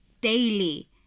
daily